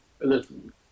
Listen